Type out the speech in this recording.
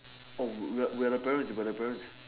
oh we are the parent we are the parent